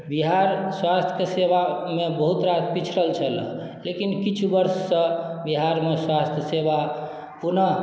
बिहार स्वास्थ के सेवा मे बहुत रास पिछड़ल छलए लेकिन किछु वर्ष सँ बिहार मे स्वास्थ सेवा पुनः